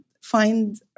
find